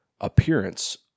appearance